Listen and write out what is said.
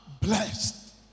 Blessed